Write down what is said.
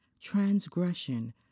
transgression